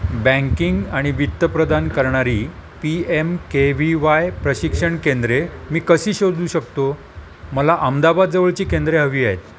banking आणि वित्त प्रदान करणारी P M K V Y प्रशिक्षण केंद्रे मी कशी शोधू शकतो मला अहमदाबाद जवळची केंद्रे हवी आहेत